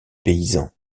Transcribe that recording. paysans